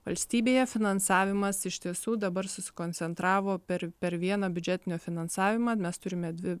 valstybėje finansavimas iš tiesų dabar susikoncentravo per per vieną biudžetinio finansavimą mes turime dvi